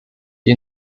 wie